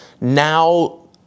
now